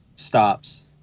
stops